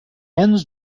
ends